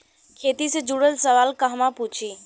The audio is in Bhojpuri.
खेती से जुड़ल सवाल कहवा पूछी?